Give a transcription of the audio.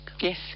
Yes